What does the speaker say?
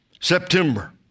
September